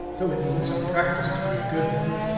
though it needs some practice to be a good one.